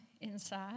inside